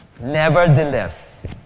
Nevertheless